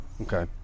Okay